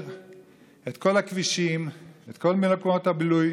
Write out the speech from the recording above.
את כל הכבישים ואת כל מקומות הבילוי